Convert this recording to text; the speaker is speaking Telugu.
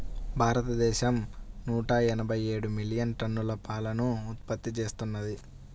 భారతదేశం నూట ఎనభై ఏడు మిలియన్ టన్నుల పాలను ఉత్పత్తి చేస్తున్నది